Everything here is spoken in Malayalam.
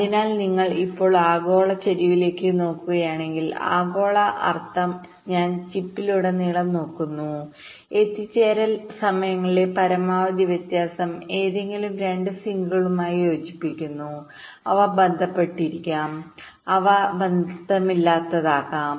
അതിനാൽ നിങ്ങൾ ഇപ്പോൾ ആഗോള ചരിവിലേക്ക് നോക്കുകയാണെങ്കിൽ ആഗോള അർത്ഥം ഞാൻ ചിപ്പിലുടനീളം നോക്കുന്നു എത്തിച്ചേരൽ സമയങ്ങളിലെ പരമാവധി വ്യത്യാസം ഏതെങ്കിലും 2 സിങ്കുകളുമായി യോജിക്കുന്നു അവ ബന്ധപ്പെട്ടിരിക്കാം അവ ബന്ധമില്ലാത്തതാകാം